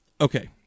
Okay